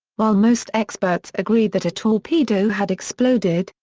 while most experts agreed that a torpedo had exploded,